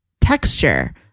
Texture